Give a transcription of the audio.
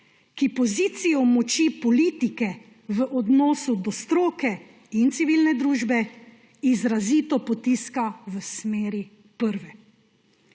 ki pozicijo moči politike v odnosu do stroke in civilne družbe izrazito potiska v smeri prve.